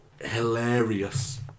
hilarious